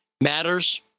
matters